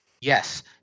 Yes